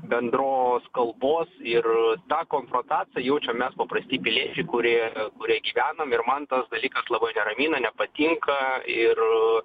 bendros kalbos ir tą konfrontaciją jaučiam mes paprasti piliečiai kurie kurie gyvenam ir man tas dalykas labai neramina nepatinka ir